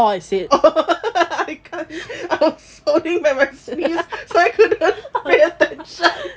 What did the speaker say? I can't I was holding back my sneeze sorry couldn't pay attention